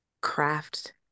craft